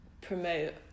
promote